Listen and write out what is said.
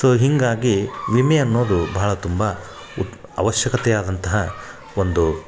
so ಹೀಗಾಗಿ ವಿಮೆ ಅನ್ನೋದು ಭಾಳ ತುಂಬ ಉತ್ ಆವಶ್ಯಕತೆ ಆದಂತಹ ಒಂದು